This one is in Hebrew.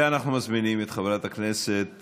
אנחנו מזמינים את חברת הכנסת